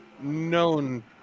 known